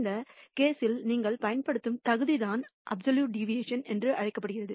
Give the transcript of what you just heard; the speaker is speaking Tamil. இந்த வழக்கில் நீங்கள் பயன்படுத்தும் தகுதிதான் ஆப்சல்யூட் டிவேஷன் என்று அழைக்கப்படுகிறது